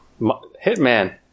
Hitman